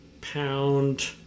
pound